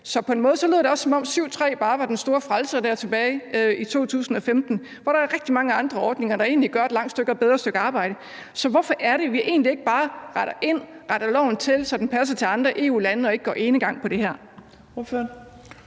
Så på en måde lød det også, som om § 7, stk. 3, bare var den store frelser tilbage i 2015, hvor der er rigtig mange andre ordninger, der egentlig gør et langt bedre stykke arbejde. Så hvorfor er det, at vi ikke bare retter ind, retter loven til, så den passer til andre EU-lande, og ikke går enegang på det her?